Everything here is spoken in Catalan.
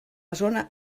zona